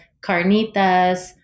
carnitas